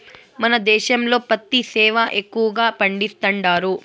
మన దేశంలో పత్తి సేనా ఎక్కువగా పండిస్తండారు